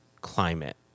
climate